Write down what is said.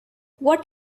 what